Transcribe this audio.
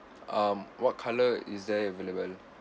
um what colour is there available